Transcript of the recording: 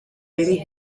really